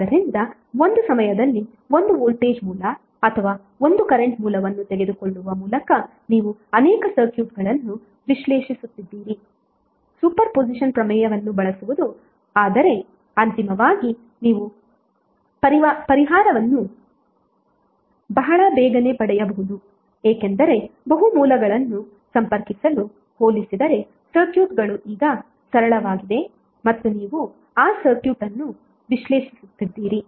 ಆದ್ದರಿಂದ ಒಂದು ಸಮಯದಲ್ಲಿ 1 ವೋಲ್ಟೇಜ್ ಮೂಲ ಅಥವಾ 1 ಕರೆಂಟ್ ಮೂಲವನ್ನು ತೆಗೆದುಕೊಳ್ಳುವ ಮೂಲಕ ನೀವು ಅನೇಕ ಸರ್ಕ್ಯೂಟ್ಗಳನ್ನು ವಿಶ್ಲೇಷಿಸುತ್ತಿದ್ದರೂ ಸೂಪರ್ ಪೊಸಿಷನ್ನ್ ಪ್ರಮೇಯವನ್ನು ಬಳಸುವುದು ಆದರೆ ಅಂತಿಮವಾಗಿ ನೀವು ಪರಿಹಾರವನ್ನು ಬಹಳ ಬೇಗನೆ ಪಡೆಯಬಹುದು ಏಕೆಂದರೆ ಬಹು ಮೂಲಗಳನ್ನು ಸಂಪರ್ಕಿಸಲು ಹೋಲಿಸಿದರೆ ಸರ್ಕ್ಯೂಟ್ಗಳು ಈಗ ಸರಳವಾಗಿದೆ ಮತ್ತು ನೀವು ಆ ಸರ್ಕ್ಯೂಟ್ ಅನ್ನು ವಿಶ್ಲೇಷಿಸುತ್ತಿದ್ದೀರಿ